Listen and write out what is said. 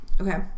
Okay